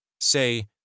Say